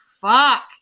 fuck